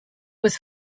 was